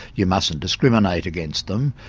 you mustn't discriminate against them.